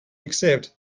accept